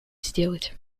сделать